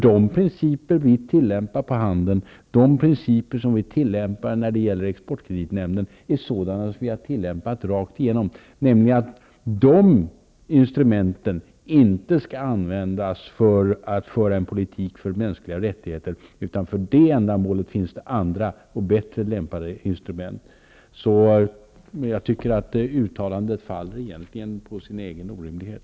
De principer vi tillämpar inom handeln och för exportkreditnämnden är sådana vi tillämpat rakt igenom, nämligen att dessa instrument inte skall användas för en politik för mänskliga rättigheter. För det ändamålet finns det andra och bättre lämpade instrument. Uttalandet faller egentligen på sin egen orimlighet.